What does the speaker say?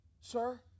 sir